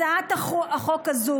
הצעת החוק הזו,